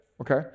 okay